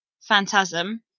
Phantasm